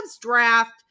draft